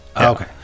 okay